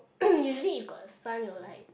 usually if got sun it will like